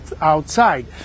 outside